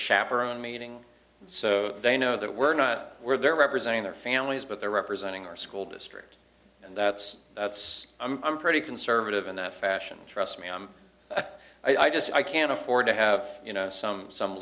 chaperone meeting so they know that we're not we're there representing their families but they're representing our school district and that's that's i'm pretty conservative in that fashion trust me i just i can't afford to have you know some some